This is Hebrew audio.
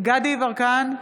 גדי יברקן,